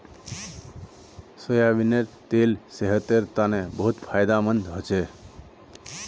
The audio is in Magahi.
सोयाबीनेर तेल सेहतेर तने बहुत फायदामंद हछेक